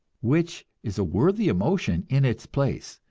which is a worthy emotion in its place,